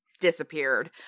disappeared